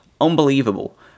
Unbelievable